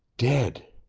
dead!